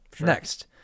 Next